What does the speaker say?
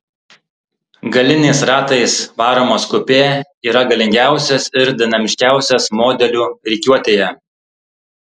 galiniais ratais varomas kupė yra galingiausias ir dinamiškiausias modelių rikiuotėje